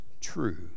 true